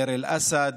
דיר אל-אסד,